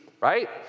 right